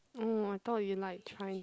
oh I thought you like try